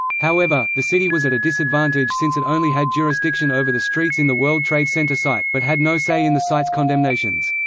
however, the city was at a disadvantage since it only had jurisdiction over the streets in the world trade center site, but had no say in the site's condemnations.